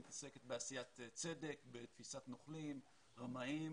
מתעסקת בעשיית צדק ובתפיסת נוכלים ורמאים.